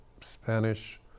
Spanish